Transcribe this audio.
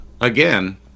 Again